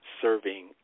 serving